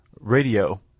radio